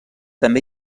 també